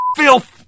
filth